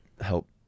help